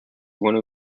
one